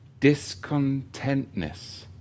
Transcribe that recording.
Discontentness